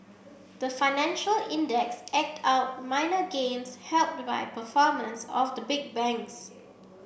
the financial index eked out minor gains helped by performance of the big banks